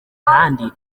kandi